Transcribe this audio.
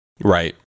Right